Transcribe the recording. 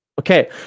Okay